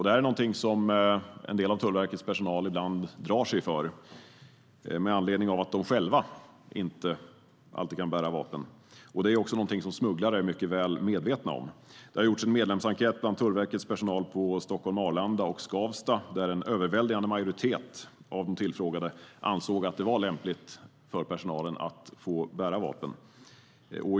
Det är något som en del av Tullverkets personal ibland drar sig för med anledning av att de själva inte alltid kan bära vapen, vilket smugglare också är mycket väl medvetna om. Det har gjorts en medlemsenkät bland Tullverkets personal på Stockholm Arlanda och Skavsta där en överväldigande majoritet av de tillfrågade ansåg att det var lämpligt för personalen att få bära vapen.